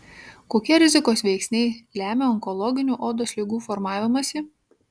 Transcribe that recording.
kokie rizikos veiksniai lemia onkologinių odos ligų formavimąsi